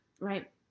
Right